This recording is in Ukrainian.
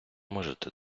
можете